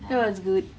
that was good